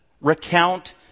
recount